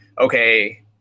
okay